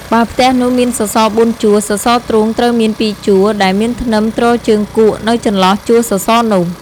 បើផ្ទះនោះមានសសរ៤ជួរ សសរទ្រូងត្រូវមាន២ជួរ ដែលមានធ្នឹមទ្រជើងគកនៅចន្លោះជួរសសរនោះ។